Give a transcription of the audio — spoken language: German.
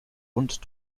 und